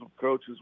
coaches